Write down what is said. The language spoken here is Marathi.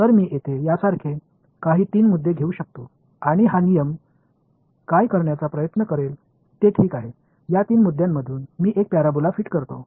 तर मी येथे यासारखे काही तीन मुद्दे घेऊ शकतो आणि हा नियम काय करण्याचा प्रयत्न करेल ते ठीक आहे या तीन मुद्द्यांमधून मी एक पॅराबोला फिट करतो